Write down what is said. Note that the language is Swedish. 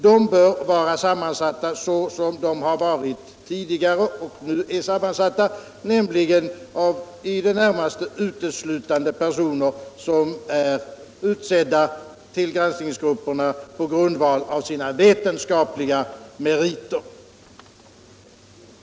De bör vara sammansatta på samma sätt som nu, nämligen i det närmaste uteslutande av personer som är utsedda på grundval av sina vetenskapliga meriter.